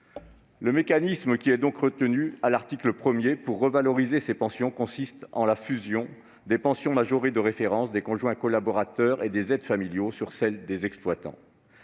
Le mécanisme retenu à l'article 1 de ce texte pour revaloriser ces pensions consiste à aligner la pension majorée de référence des conjoints collaborateurs et des aides familiaux sur celle des exploitants.